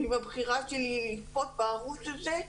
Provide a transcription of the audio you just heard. ואם הבחירה שלי לצפות בערוץ הזה,